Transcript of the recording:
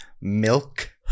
milk